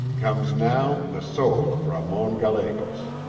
comes now the soul of ramon gallegos